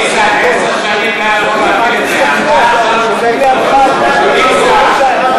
ההסתייגות של חבר הכנסת מאיר פרוש לסעיף 2 לא נתקבלה.